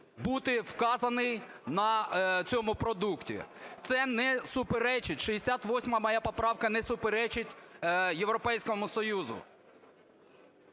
бути вказаний на цьому продукті. Це не суперечить, 68-а моя поправка не суперечить Європейському Союзу.